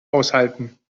aushalten